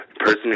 person